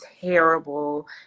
terrible